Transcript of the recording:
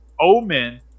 omen